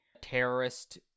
terrorist